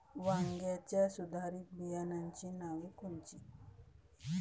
वांग्याच्या सुधारित बियाणांची नावे कोनची?